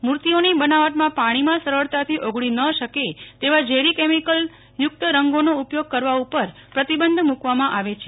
મુર્તિઓની બનાવટમાં પાણીમાં સરળતાથી ઓગળી ન શકે તેવા ઝેરી કેમીકલ યુકત રંગોનો ઉપયોગ કરવા ઉપર પ્રતિબંધ મુકવામાં આવે છે